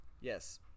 yes